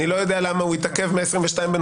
לא יודע למה התעכב מ-22.11.